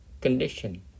condition